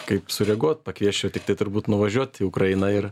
kaip sureaguot pakviesčiau tiktai turbūt nuvažiuot į ukrainą ir